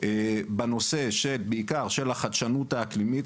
בעיקר בנושא החדשנות האקלימית.